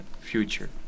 future